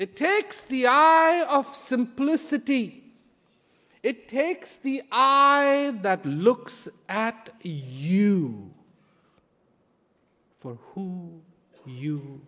it takes the eye of simplicity it takes the i was that looks at you for who you